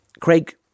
Craig